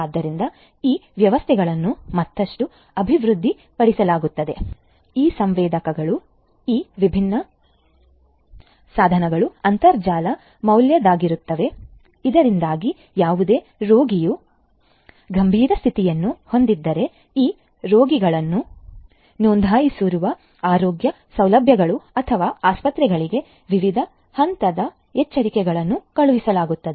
ಆದ್ದರಿಂದ ಈ ವ್ಯವಸ್ಥೆಗಳನ್ನು ಮತ್ತಷ್ಟು ಅಭಿವೃದ್ಧಿಪಡಿಸಲಾಗುತ್ತದೆ ಈ ಸಾಧನಗಳು ಈ ವಿಭಿನ್ನ ಸಂವೇದಕಗಳು ಅಂತರ್ಜಾಲ ಮೌಲ್ಯದ್ದಾಗಿರುತ್ತವೆ ಇದರಿಂದಾಗಿ ಯಾವುದೇ ರೋಗಿಯು ಗಂಭೀರ ಸ್ಥಿತಿಯನ್ನು ಹೊಂದಿದ್ದರೆ ಈ ರೋಗಿಗಳನ್ನು ನೋಂದಾಯಿಸಿರುವ ಆರೋಗ್ಯ ಸೌಲಭ್ಯಗಳು ಅಥವಾ ಆಸ್ಪತ್ರೆಗಳಿಗೆ ವಿವಿಧ ಹಂತದ ಎಚ್ಚರಿಕೆಗಳನ್ನು ಕಳುಹಿಸಲಾಗುತ್ತದೆ